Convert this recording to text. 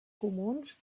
comuns